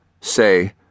Say